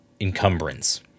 encumbrance